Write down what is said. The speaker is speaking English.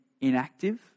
inactive